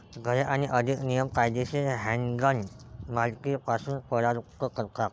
घरी, अनेक नियम कायदेशीर हँडगन मालकीपासून परावृत्त करतात